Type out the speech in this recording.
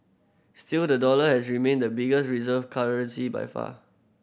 still the dollar has remained the biggest reserve currency by far